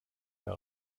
der